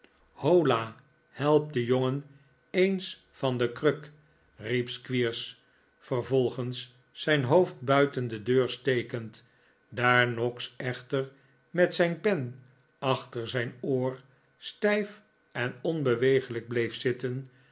hola help den jongen eens van die kruk riep squeers vervolgens zijn hoofd buiten de deur stekend daar noggs echter met zijn pen achter zijn oor stijf en onbeweeglijk bleef zitten